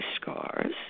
scars